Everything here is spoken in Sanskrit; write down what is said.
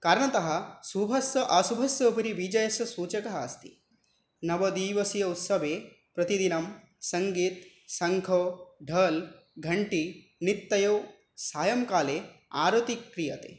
कारणतः शुभस्य अशुभस्य उपरि विजयस्य सूचकः अस्ति नवदिवसीय उत्सवे प्रतिदिनं सङ्गीतशंखढलघण्टी नित्त्यं सायङ्काले आरतिः क्रियते